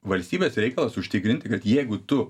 valstybės reikalas užtikrinti kad jeigu tu